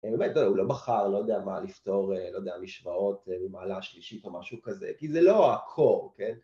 באמת, הוא לא בחר, לא יודע מה לפתור, לא יודע, משוואות במעלה שלישית או משהו כזה, כי זה לא ה-core, כן?